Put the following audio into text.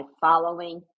following